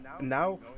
Now